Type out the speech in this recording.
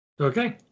Okay